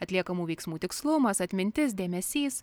atliekamų veiksmų tikslumas atmintis dėmesys